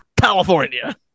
California